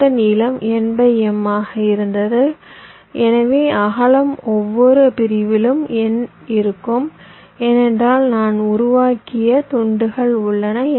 மொத்த நீளம் nm ஆக இருந்தது எனவே அகலம் ஒவ்வொரு பிரிவிலும் n இருக்கும் ஏனென்றால் நான் உருவாக்கிய துண்டுகள் உள்ளன